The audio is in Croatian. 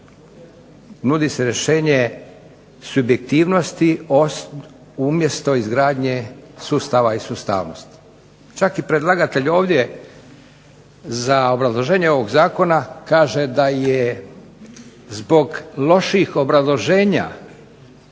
Nudi se rješenje subjektivnosti umjesto izgradnje sustava i sustavnosti. Čak i predlagatelj ovdje za obrazloženje ovog zakona kaže da je zbog loših obrazloženja